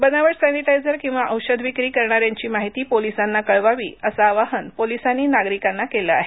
बनावट सैनिटाइजर किंवा औषध विक्री करणाऱ्यांची माहिती पोलिसांना कळवावी अस् आवाहन पोलिसांनी नागरिकांना केलं आहे